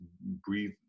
breathe